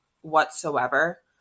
whatsoever